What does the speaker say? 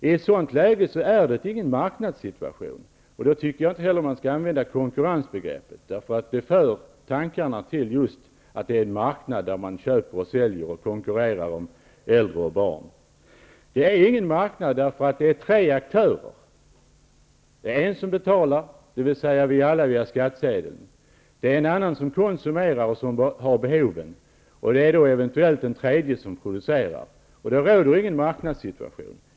I ett sådant läge är det inte fråga om en marknadssituation, och då tycker jag inte heller att man skall använda konkurrensbegreppet, eftersom det för tankarna just till en marknad där man köper, säljer och konkurrerar om äldre och barn. Anledningen till att det inte rör sig om en marknad är att det handlar om tre aktörer. Det är en aktör som betalar, dvs. vi alla via skattsedeln, en annan aktör som konsumerar och har behoven samt en tredje aktör som bara producerar. Det råder således ingen marknadssituation.